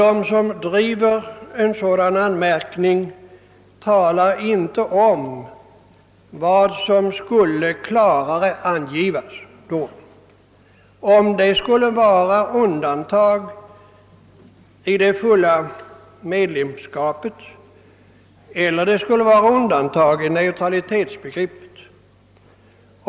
De som driver en sådan mening talar inte om vad som skulle klarare angivas: om det skulle vara undantag från det fulla medlemskapet eller om det skulle vara undantag beträffande neutralitetsbegreppet.